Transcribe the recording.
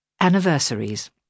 anniversaries